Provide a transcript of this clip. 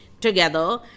together